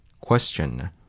Question